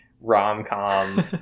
rom-com